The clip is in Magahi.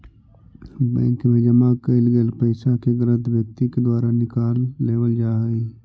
बैंक मैं जमा कैल गेल पइसा के गलत व्यक्ति के द्वारा निकाल लेवल जा हइ